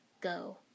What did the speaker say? go